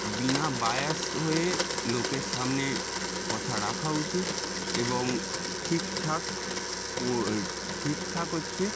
বিনা biased হয়ে লোকের সামনে কথা রাখা উচিত এবং ঠিকঠাক কোর ঠিকঠাক হচ্ছে